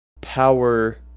power